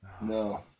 No